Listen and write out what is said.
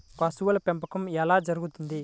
పశువుల పెంపకం ఎలా జరుగుతుంది?